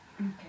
Okay